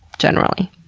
generally.